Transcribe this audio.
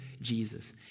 Jesus